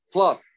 Plus